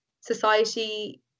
society